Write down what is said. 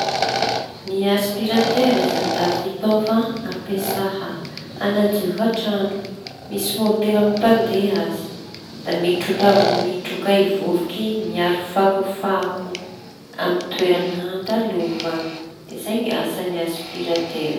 Ny aspiratera izañy da fitaova ampiasaha hanadiovan-traño misy môtera mampandeha azy da mitroka avao mitroka izay vovoka i miaro fako fako amin'ny toeran handalovany; izay ny asany aspiratera.